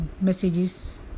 messages